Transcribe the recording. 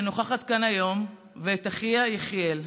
שנוכחת כאן היום, ואת אחיה יחיאל.